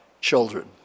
children